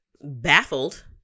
baffled